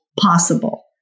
possible